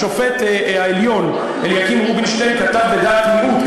שופט העליון אליקים רובינשטיין כתב בדעת מיעוט,